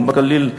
בגליל,